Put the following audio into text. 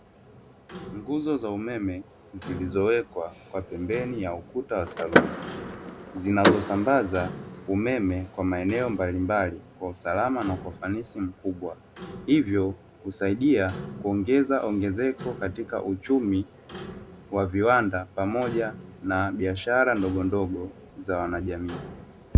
Nguzo za umeme zilizowekwa kwa pembeni ya ukuta wa saluni zinazosambaza umeme kwa maeneo mbalimbali kwa usalama na kwa ufanisi mkubwa, hivyo kusaidia kuongeza ongezeko katika uchumi wa viwanda pamoja na biashara ndogndogo za wana jamii.